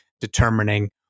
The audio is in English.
determining